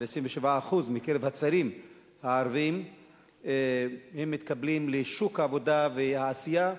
27% מקרב הצעירים הערבים מתקבלים לשוק העבודה והעשייה,